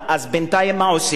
אז מה עושים בינתיים?